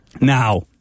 Now